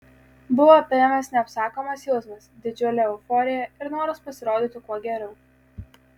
buvo apėmęs neapsakomas jausmas didžiulė euforija ir noras pasirodyti kuo geriau